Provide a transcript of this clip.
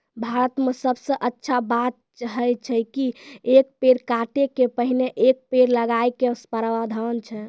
भारत मॅ सबसॅ अच्छा बात है छै कि एक पेड़ काटै के पहिने एक पेड़ लगाय के प्रावधान छै